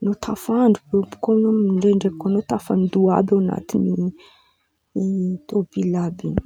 an̈ao tafandry be bôka eo an̈ao ndraindraiky koa an̈ao tafandoa àby an̈aty tômobily àby io.